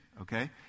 okay